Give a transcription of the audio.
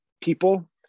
people